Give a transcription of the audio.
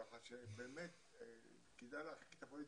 ככה שבאמת כדאי להרחיק את הפוליטיקה.